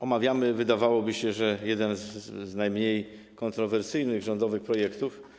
Omawiamy, wydawałoby się, jeden z najmniej kontrowersyjnych rządowych projektów.